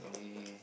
okay okay